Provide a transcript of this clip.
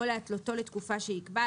או להתלותו לתקופה שיקבע,